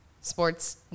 sports